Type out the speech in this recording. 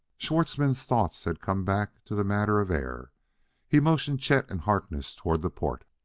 schwartzmann's thoughts had come back to the matter of air he motioned chet and harkness toward the port.